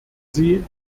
sie